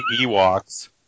Ewoks